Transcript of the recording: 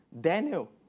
Daniel